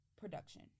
production